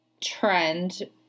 trend